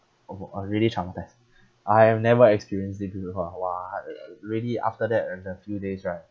orh I really traumatised I have never experienced it before !wah! uh really after that like a few days right